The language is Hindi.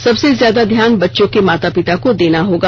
सबसे ज्यादा ध्यान बच्चों के माता पिता को देना होगा